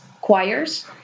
choirs